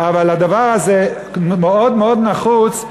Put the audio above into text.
אבל הדבר הזה מאוד מאוד נחוץ,